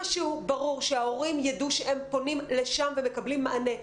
משהו ברור שההורים ידעו שהם פונים לשם ומקבלים מענה,